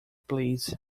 please